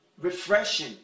Refreshing